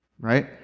right